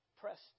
pressed